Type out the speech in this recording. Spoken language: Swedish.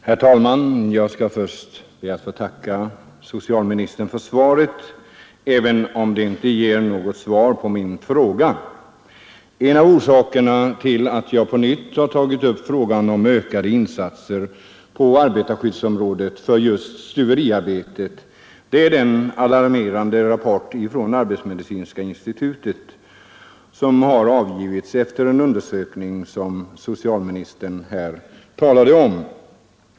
Herr talman! Jag skall först be att få tacka socialministern för svaret, även om det inte ger något svar på min fråga. En av orsakerna till att jag på nytt har tagit upp frågan om ökade insatser på arbetarskyddsområdet för just stuveriarbetet är den alarmerande rapport från arbetsmedicinska institutet, vilken har avgivits efter den undersökning som socialministern här talade om.